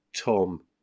Tom